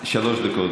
תלות שליטים,